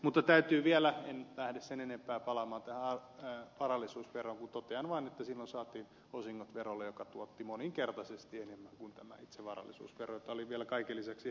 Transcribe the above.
mutta täytyy vielä en nyt lähde sen enempää palaamaan tähän varallisuusveroon vain todeta että silloin saatiin osingot verolle mikä tuotti moninkertaisesti enemmän kuin tämä itse varallisuusvero jota oli vielä kaiken lisäksi helppo kiertää